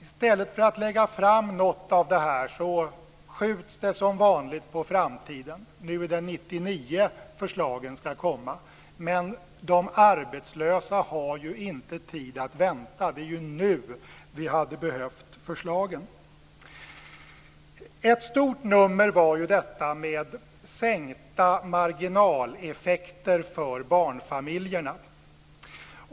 I stället för att lägga fram något av det här skjuts det som vanligt på framtiden. Nu är det 1999 som förslagen skall komma. Men de arbetslösa har inte tid att vänta. Det är nu vi hade behövt förslagen. Ett stort nummer var detta med sänkta marginaleffekter för barnfamiljer.